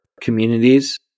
communities